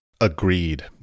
Agreed